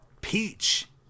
Peach